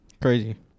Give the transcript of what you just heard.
Crazy